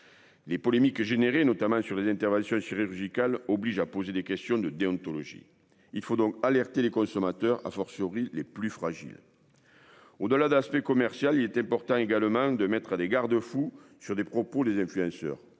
Les polémiques générées notamment sur les interventions chirurgicales oblige à poser des questions de déontologie. Il faut donc alerter les consommateurs a fortiori les plus fragiles. Au-delà de l'aspect commercial. Il était pourtant également de mettre des garde-fous sur des propos les influenceurs.